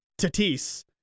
Tatis